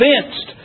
convinced